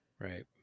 Right